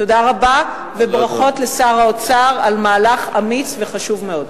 תודה רבה וברכות לשר האוצר על מהלך אמיץ וחשוב מאוד.